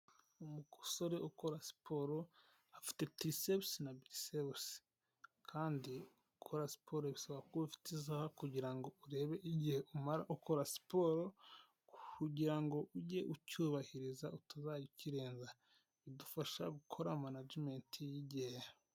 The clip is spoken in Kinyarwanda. Umusore ukora siporo afite tirisepusi na bisebusi kandi ukora siporo bisaba kuba ufite isaha kugirango urebe igihe umara ukora siporo kugirango ujye ucyubahiriza utuzajya ukirenza bidufasha gukora managimenti y'igihe.